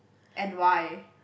and why